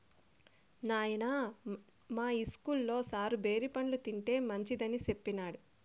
నాయనా, మా ఇస్కూల్లో సారు బేరి పండ్లు తింటే మంచిదని సెప్పినాడు